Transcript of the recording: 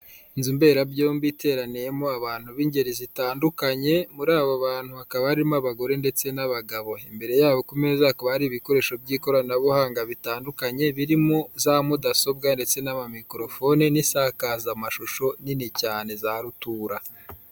Inzu mberabyombi iteraniyemo abantu b'ingeri zitandukanye, muri abo bantu hakaba harimo abagore ndetse n'abagabo. Imbere yabo ku meza hakaba hari ibikoresho by'ikoranabuhanga bitandukanye, birimo za mudasobwa ndetse n'amamikorofoni n'insakazamashusho nini cyane za rutura.